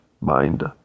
mind